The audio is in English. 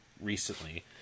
recently